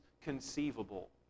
conceivable